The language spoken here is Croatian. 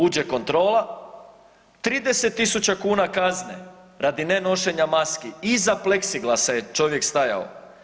Uđe kontrola, 30 000 kuna kazne radi nenošenja maski iza pleksiglasa je čovjek stajao.